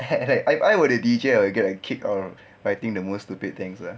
if I were the D_J I will get a kick out I think the most stupid things ah